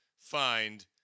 find